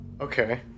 Okay